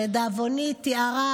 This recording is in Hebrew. שלדאבוני תיארה,